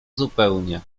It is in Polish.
zupełnie